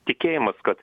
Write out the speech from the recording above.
tikėjimas kad